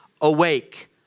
awake